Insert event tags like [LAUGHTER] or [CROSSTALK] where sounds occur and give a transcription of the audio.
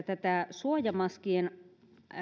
[UNINTELLIGIBLE] tätä suojamaskien